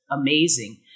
amazing